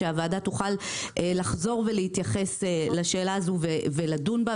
שהוועדה תוכל לחזור ולהתייחס בשאלה הזאת ולדון בה,